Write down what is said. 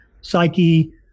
psyche